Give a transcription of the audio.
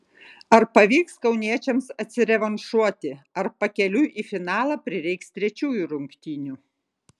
ar pavyks kauniečiams atsirevanšuoti ar pakeliui į finalą prireiks trečiųjų rungtynių